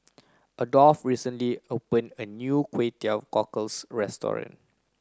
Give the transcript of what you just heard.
Adolf recently opened a new Kway Teow Cockles Restaurant